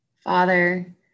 Father